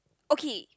okay